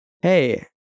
hey